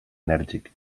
enèrgic